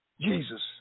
Jesus